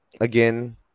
again